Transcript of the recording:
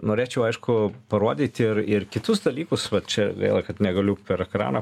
norėčiau aišku parodyti ir ir kitus dalykus va čia gaila kad negaliu per ekraną